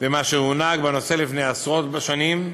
במה שהונהג בנושא לפני עשרות שנים.